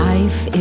Life